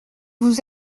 vous